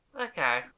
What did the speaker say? Okay